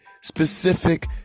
specific